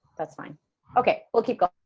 that's fine okay, we'll keep going,